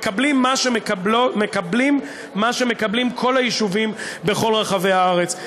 מקבלים מה שמקבלים כל היישובים בכל רחבי הארץ.